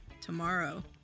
tomorrow